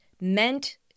meant